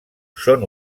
són